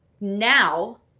now